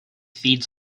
feeds